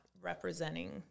representing